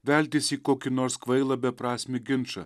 veltis į kokį nors kvailą beprasmį ginčą